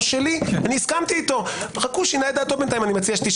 שלי הסכמתי איתו רק הוא שינה את דעתו בינתיים.